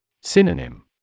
Synonym